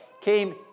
came